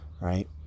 right